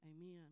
Amen